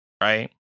right